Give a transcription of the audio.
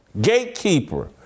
gatekeeper